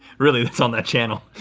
really, that's on that channel.